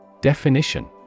Definition